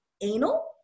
anal